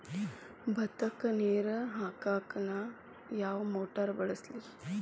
ಭತ್ತಕ್ಕ ನೇರ ಹಾಕಾಕ್ ನಾ ಯಾವ್ ಮೋಟರ್ ಬಳಸ್ಲಿ?